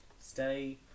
Stay